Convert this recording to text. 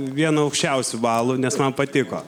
vieną aukščiausių balų nes man patiko